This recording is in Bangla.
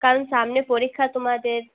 কারণ সামনে পরীক্ষা তোমাদের